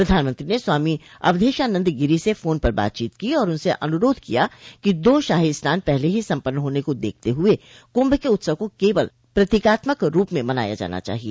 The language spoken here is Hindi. प्रधानमंत्री ने स्वामी अवधेशानंद गिरी से फोन पर बातचीत की और उनसे अनुरोध किया कि दो शाही स्नान पहले ही संपन्न होने को देखते हुए कुंभ के उत्सव को केवल प्रतीकात्मक रूप में मनाया जाना चाहिए